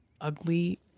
ugly